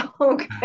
Okay